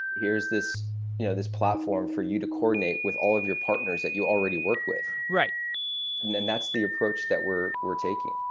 here is this you know this platform for you to coordinate with all of your partners that you already work with. and and that's the approach that we're we're taking.